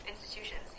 institutions